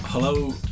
Hello